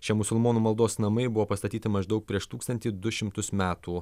čia musulmonų maldos namai buvo pastatyti maždaug prieš tūkstantį du šimtus metų